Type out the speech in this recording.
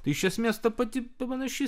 tai iš esmės ta pati panaši